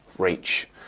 Reach